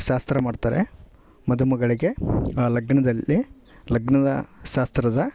ಶಾಸ್ತ್ರ ಮಾಡ್ತಾರೆ ಮದುಮಗಳಿಗೆ ಆ ಲಗ್ನದಲ್ಲಿ ಲಗ್ನದ ಶಾಸ್ತ್ರದ